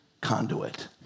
conduit